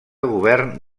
govern